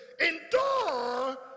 endure